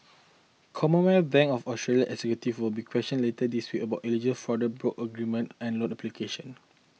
Commonwealth Bank of Australia executive will be questioned later this week about alleged fraud broke arrangements and loan application